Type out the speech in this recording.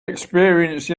experience